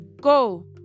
Go